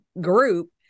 group